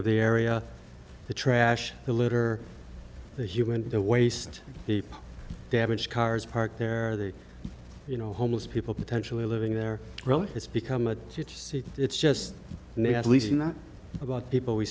of the area the trash the litter the human waste people damaged cars parked there you know homeless people potentially living there really it's become a it's just not about people we